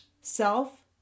self